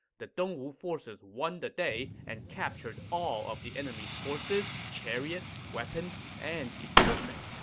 the dongwu forces won the day and captured all of the enemy's horses, chariots, weapons, and equipment.